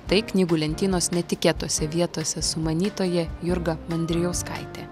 tai knygų lentynos netikėtose vietose sumanytoja jurga mandrijauskaitė